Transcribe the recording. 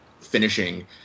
finishing